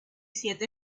siete